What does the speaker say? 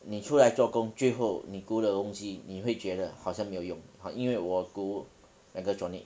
你出来做工最后你读的东西你会觉得好像没有用 hor 因为我读 megatronic